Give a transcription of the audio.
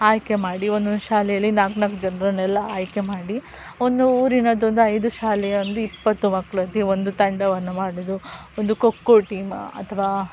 ಆಯ್ಕೆ ಮಾಡಿ ಒಂದೊಂದು ಶಾಲೆಯಲ್ಲಿ ನಾಲ್ಕು ನಾಲ್ಕು ಜನರನ್ನೆಲ್ಲ ಆಯ್ಕೆ ಮಾಡಿ ಒಂದು ಊರಿನದೊಂದು ಐದು ಶಾಲೆಯ ಒಂದು ಇಪ್ಪತ್ತು ಮಕ್ಳದ್ದು ಒಂದು ತಂಡವನ್ನು ಮಾಡೋದು ಒಂದು ಖೋಖೋ ಟೀಮಾ ಅಥವಾ